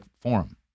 forum